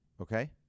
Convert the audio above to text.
Okay